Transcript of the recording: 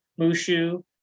Mushu